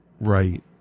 right